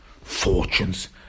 fortunes